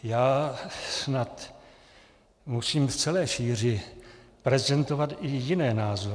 Já snad musím v celé šíři prezentovat i jiné názory.